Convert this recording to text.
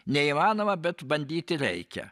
neįmanoma bet bandyti reikia